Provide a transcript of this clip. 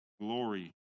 glory